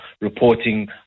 reporting